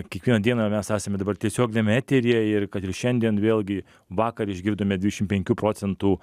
kiekvieną dieną mes esame dabar tiesioginiame eteryje ir kad ir šiandien vėlgi vakar išgirdome dvidešimt penkių procentų